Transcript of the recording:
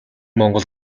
монгол